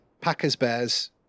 Packers-Bears